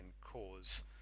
cause